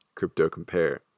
CryptoCompare